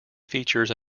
features